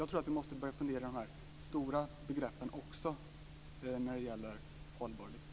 Jag tror att vi måste börja fundera i de här stora begreppen också när det gäller hållbar livsstil.